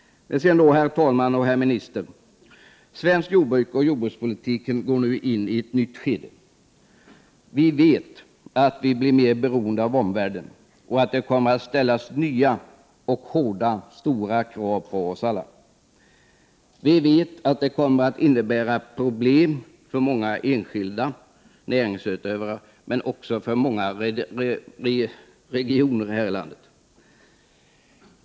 Herr talman! Herr minister! Svenskt jordbruk och svensk jordbrukspolitik går nu in i ett nytt skede. Vi vet att vi i Sverige blir mer beroende av omvärlden och att det kommer att ställas nya stora och hårda krav på oss alla. Vi vet att det kommer att innebära problem för många enskilda näringsutövare men även för många regioner här i landet.